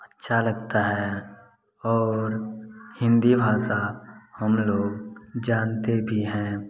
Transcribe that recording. अच्छा लगता है और हिन्दी भाषा हम लोग जानते भी हैं